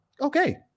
okay